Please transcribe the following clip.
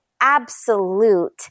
absolute